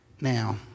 Now